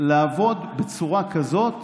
לעבוד בצורה כזאת